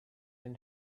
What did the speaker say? and